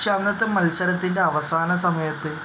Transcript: പക്ഷേ അന്നത്തെ മത്സരത്തിൻ്റെ അവസാന സമയത്ത്